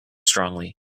strongly